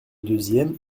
deuxième